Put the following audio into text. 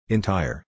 Entire